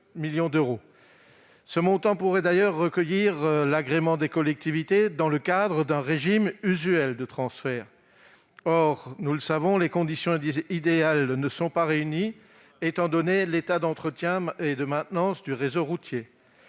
Cette somme pourrait recueillir l'agrément des collectivités dans le cadre d'un régime usuel de transfert. Néanmoins, nous le savons, les conditions idéales ne sont pas réunies étant donné l'état d'entretien et de maintenance du réseau routier.